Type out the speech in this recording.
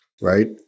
right